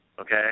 okay